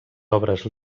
obres